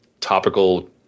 topical –